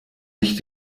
nicht